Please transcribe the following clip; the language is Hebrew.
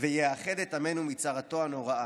ויאחד את עמנו מצרתו הנוראה".